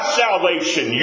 salvation